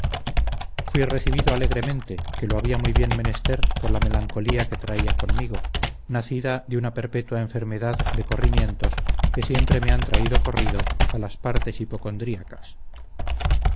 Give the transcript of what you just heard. fui recibido alegremente que lo había muy bien menester por la melancolía que traía conmigo nacida de una perpetua enfermedad de corrimientos que siempre me han traído corrido a las partes hipocondríacas